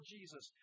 Jesus